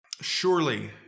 Surely